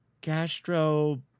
gastro